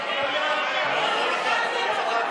אני מודיע,